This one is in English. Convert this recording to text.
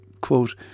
quote